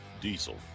Diesel